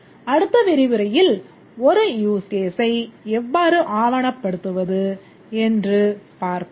அடுத்த விரிவுரையில் ஒரு யூஸ் கேஸை எவ்வாறு ஆவணப்படுத்துவது என்று பார்ப்போம்